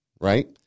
right